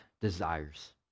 desires